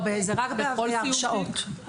רק הרשעות.